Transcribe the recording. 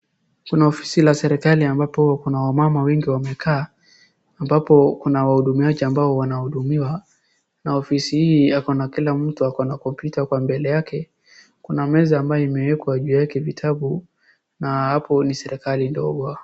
Kuna ofisi la serikali ambapo kuna wamama wengi wamekaa, ambapo kuna wahudumiaji ambao wanahudumiwa, na ofisi hii ako na kila mtu ako na kompyuta kwa mbele yake, kuna meza ambayo imewekwa ndio iwekwe vitabu, na hapo ni serikali ndogo.